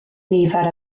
nifer